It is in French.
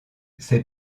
ces